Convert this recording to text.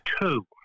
Two